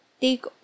take